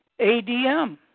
ADM